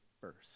first